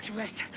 west,